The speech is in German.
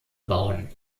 bauen